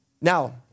Now